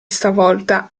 stavolta